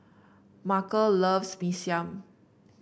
Markel loves Mee Siam